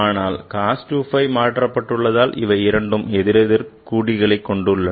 ஆனால் cos 2 phi மாற்றப்பட்டதால் இவை இரண்டும் எதிரெதிர் குறிகளைக் கொண்டிருக்கும்